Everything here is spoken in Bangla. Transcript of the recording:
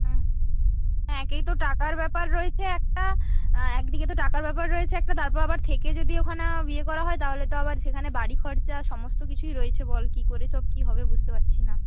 একেই তো টাকার ব্যাপার রয়েছে একটা একদিকে তো টাকার ব্যাপার রয়েছে একটা তারপর আবার থেকে যদি ওখানা ইয়ে করা হয় তাহলে তো আবার সেখানে বাড়ি খরচা সমস্ত কিছুই রয়েছে বল কি করে সব কি হবে বুঝতে পারছি না